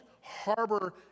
harbor